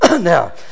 Now